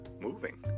moving